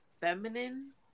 feminine